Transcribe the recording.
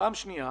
ופעם שנייה,